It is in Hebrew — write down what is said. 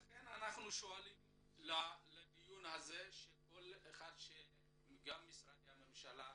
לכן אנחנו שואלים בדיון הזה את משרדי הממשלה